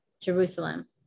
Jerusalem